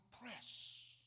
press